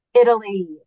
Italy